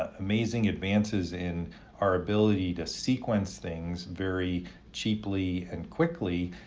amazing advances in our ability to sequence things very cheaply and quickly,